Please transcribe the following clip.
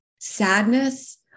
Sadness